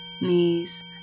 knees